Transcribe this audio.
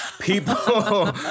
people